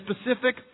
specific